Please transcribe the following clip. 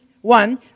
one